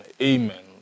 amen